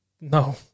No